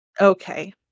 Okay